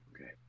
Okay